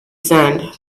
sand